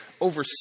over